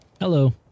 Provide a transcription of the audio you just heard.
Hello